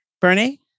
Bernie